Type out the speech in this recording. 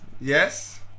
yes